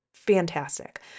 fantastic